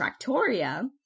Tractoria